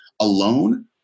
alone